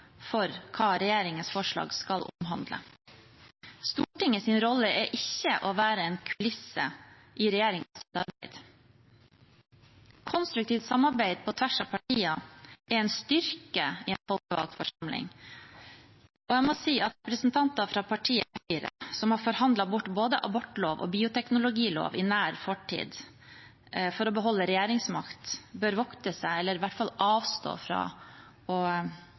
for hva regjeringens forslag skal omhandle. Stortingets rolle er ikke å være en kulisse i regjeringens arbeid. Konstruktivt samarbeid på tvers av partier er en styrke i en folkevalgt forsamling. Representanter fra partiet Høyre, som i nær fortid har forhandlet bort både abortlov og bioteknologilov for å beholde regjeringsmakt, bør vokte seg for, eller i hvert fall avstå fra,